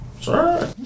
sure